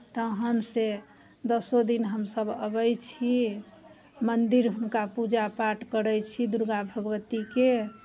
तखन सँ दसो दिन हमसभ अबै छी मन्दिर हुनका पूजा पाठ करै छी दुर्गा भगवतीके